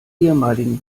ehemaligen